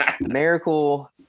Miracle